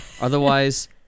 Otherwise